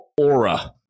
aura